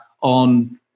on